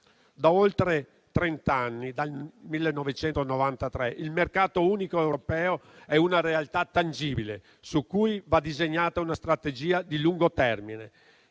Da oltre trenta anni, dal 1993, il mercato unico europeo è una realtà tangibile, su cui va disegnata una strategia di lungo termine.